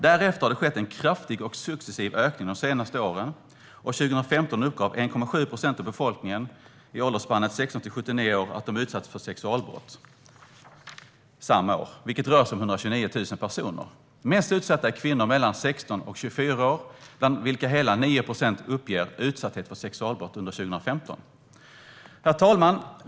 Därefter har det skett en kraftig och successiv ökning de senaste åren, och 2015 uppgav 1,7 procent av befolkningen i åldersspannet 16-79 år att de utsatts för sexualbrott samma år. Det rör sig om 129 000 personer. Mest utsatta är kvinnor mellan 16 och 24 år, bland vilka hela 9 procent uppger utsatthet för sexualbrott under 2015. Herr talman!